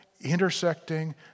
intersecting